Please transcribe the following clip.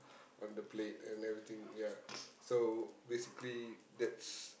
on the plate and everything ya so basically that's